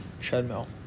treadmill